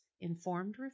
informed